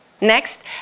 Next